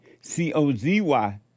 C-O-Z-Y